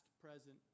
present